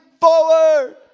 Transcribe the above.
forward